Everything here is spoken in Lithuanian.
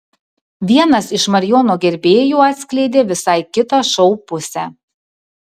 vienas iš marijono gerbėjų atskleidė visai kitą šou pusę